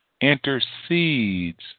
intercedes